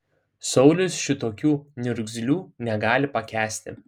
saulius šitokių niurgzlių negali pakęsti